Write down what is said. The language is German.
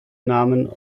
namen